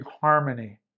harmony